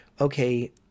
okay